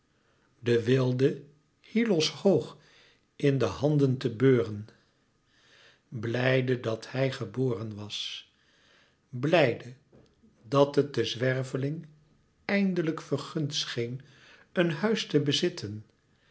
de weelde hyllos hoog in de handen te beuren blijde dat hij geboren was blijde dat het den zwerveling eindelijk vergund scheen een huis te bezitten